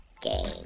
Game